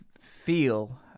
feel